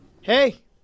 Hey